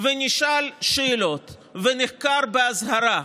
ונשאל שאלות, ונחקר באזהרה,